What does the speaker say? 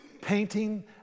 painting